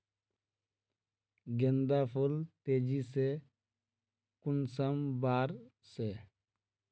गेंदा फुल तेजी से कुंसम बार से?